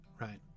right